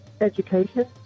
education